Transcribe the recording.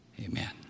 Amen